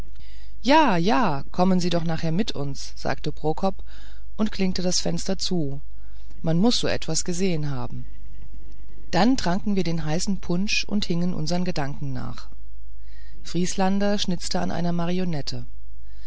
ja ja kommen sie nachher mit uns sagte prokop und klinkte das fenster zu man muß so etwas gesehen haben dann tranken wir den heißen punsch und hingen unsern gedanken nach vrieslander schnitzte an einer marionette